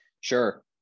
Sure